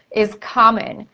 is common,